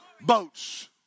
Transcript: Boats